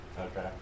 Okay